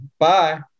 Bye